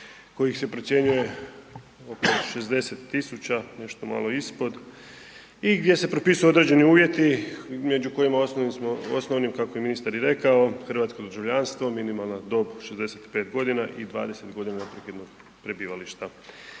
kojih se procjenjuje oko 60 tisuća, nešto malo ispod i gdje se propisuju određeni uvjeti među kojima osnovnim kako je ministar i rekao, hrvatsko .../Govornik se ne razumije./... minimalna dob 65 godina i 20 godina .../Govornik